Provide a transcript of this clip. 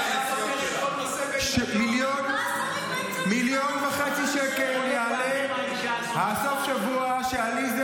------ ארבעה שרים --- מיליון וחצי שקל יעלה הסופשבוע שעליזה